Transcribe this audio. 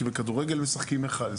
כי בכדורגל משחקים 11,